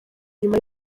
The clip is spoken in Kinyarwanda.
nyuma